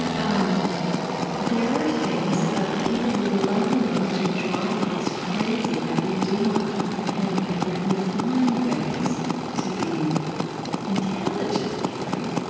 um there are things about the people we love the most who drive us crazy that we do not comprehend. and yet, we find ways to be intelligent, right?